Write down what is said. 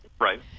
Right